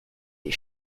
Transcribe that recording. die